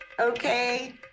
okay